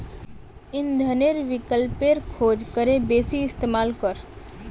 इंधनेर विकल्पेर खोज करे बेसी इस्तेमाल कर